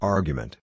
Argument